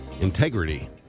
integrity